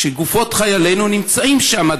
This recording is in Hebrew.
כשגופות חיילינו עדיין נמצאות שם?